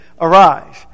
Arise